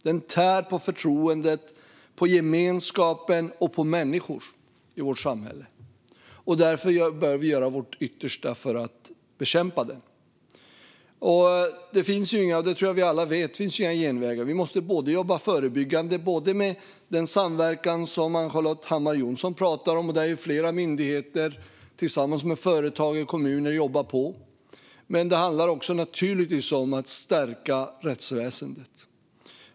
Den tär på förtroendet, gemenskapen och människorna i vårt samhälle. Därför bör vi göra vårt yttersta för att bekämpa den. Vi vet alla att det inte finns några genvägar. Det måste jobbas förebyggande i den samverkan som Ann-Charlotte Hammar Johnsson pratar om, och här jobbar myndigheter, företag och kommuner på. Det handlar givetvis också om att stärka rättsväsendet.